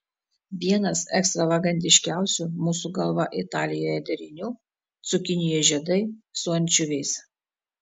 vienas ekstravagantiškiausių mūsų galva italijoje derinių cukinijų žiedai su ančiuviais